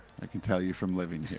i can tell you from living here.